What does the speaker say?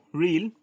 real